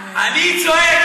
אני צועק,